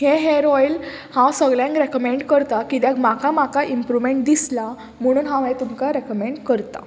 हें हेर ऑयल हांव सगळ्यांक रेकमेंड करता कित्याक म्हाका म्हाका इम्प्रूवमेंट दिसलां म्हणून हांव हें तुमकां रेकमेंड करता